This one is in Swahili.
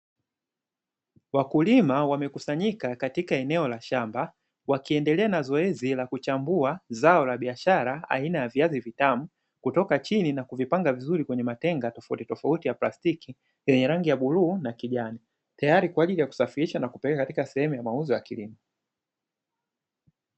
Wakulima wamekusanyika katika eneo la shamba wakiendelea na zoezi la kuchambua zao la biashara aina ya viazi vitamu, kutoka chini na kuvipanga vizuri kwenye matenga tofauti tofauti ya plastiki yenye rangi ya bluu na kijani. Tayari kwa ajili ya kusafirisha na kupeleka katika sehemu ya mauzo ya kilimo.